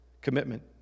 commitment